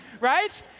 right